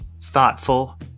thoughtful